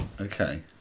Okay